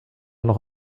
noch